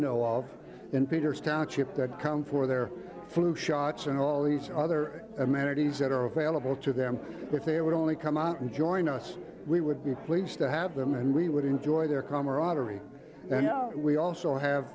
know of in peter's township that come for their flu shots and all these other amenities that are available to them if they would only come out and join us we would be pleased to have them and we would enjoy their calmer and we also have